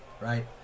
right